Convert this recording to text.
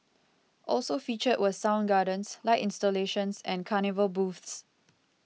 also featured were sound gardens light installations and carnival booths